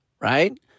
right